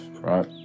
right